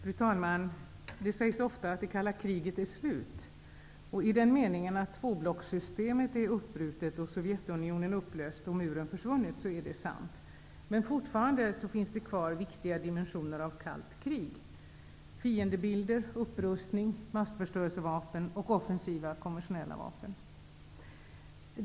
Fru talman! Det sägs ofta att det kalla kriget är slut. I den meningen att tvåblockssystemet är uppbrutet, Sovjetunionen är upplöst och muren har försvunnit är det sant. Men fortfarande finns viktiga dimensioner av kallt krig kvar: fiendebilder, upprustning, massförstörelsevapen och offensiva konventionella vapen.